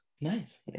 Nice